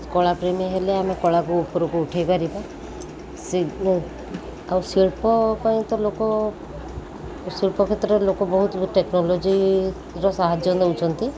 କଳାପ୍ରେମୀ ହେଲେ ଆମେ କଳାକୁ ଉପରକୁ ଉଠାଇପାରିବା ସେ ଆଉ ଶିଳ୍ପ ପାଇଁ ତ ଲୋକ ଶିଳ୍ପ କ୍ଷେତ୍ରରେ ଲୋକ ବହୁତ ଟେକ୍ନୋଲୋଜିର ସାହାଯ୍ୟ ନେଉଛନ୍ତି